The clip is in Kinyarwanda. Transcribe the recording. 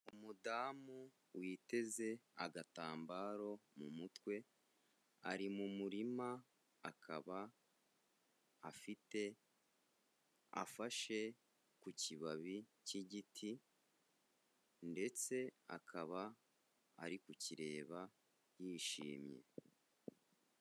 Umudamu witeze agatambaro mu mutwe ari mu murima, akaba afite afashe ku kibabi cy'igiti ndetse akaba ari kukireba yishimye.